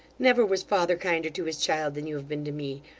never was father kinder to his child than you have been to me,